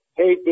hey